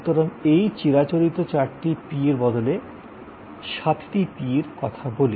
সুতরাং চিরাচরিত চারটি P এর বদলে সাতটি Pর কথা বলি